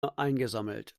eingesammelt